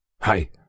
Hi